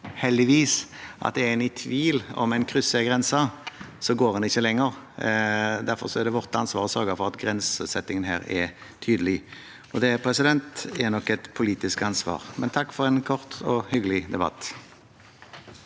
heldigvis, at er en i tvil om en krysser en grense, går en ikke lenger. Derfor er det vårt ansvar å sørge for at grensesettingen her er tydelig. Det er nok et politisk ansvar. Men takk for en kort og hyggelig debatt.